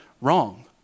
wrong